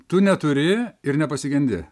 tu neturi ir nepasigendi